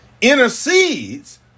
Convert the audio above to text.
intercedes